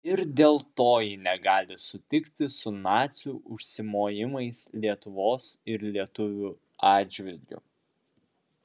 ir dėl to ji negali sutikti su nacių užsimojimais lietuvos ir lietuvių atžvilgiu